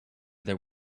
there